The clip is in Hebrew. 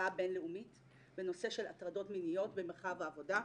השוואה בינלאומית בנושא של הטרדות מיניות במרחב העבודה.